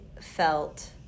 felt